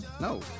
No